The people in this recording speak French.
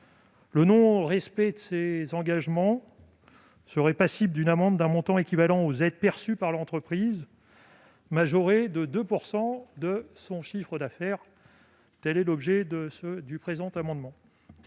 Le non-respect de ces engagements serait passible d'une amende d'un montant équivalent aux aides perçues par l'entreprise majoré de 2 % de son chiffre d'affaires. Les deux amendements